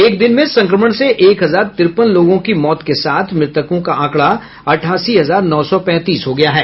एक दिन में संक्रमण से एक हजार तिरपन लोगों की मौत के साथ मृतकों का आंकड़ा अठासी हजार नौ सौ पैंतीस हो गया है